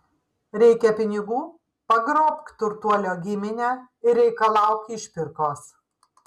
reikia pinigų pagrobk turtuolio giminę ir reikalauk išpirkos